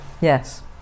Yes